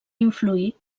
influir